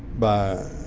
by